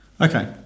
Okay